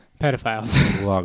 Pedophiles